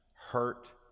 hurt